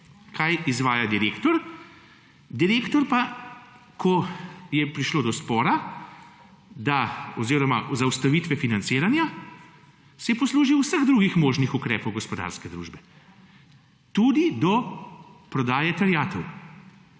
Kaj izvaja direktor? Direktor pa, ko je prišlo do spora oziroma zaustavitve financiranja, se je poslužil vseh drugih možnih ukrepov gospodarske družbe, tudi do prodaje terjatev,